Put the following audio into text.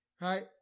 right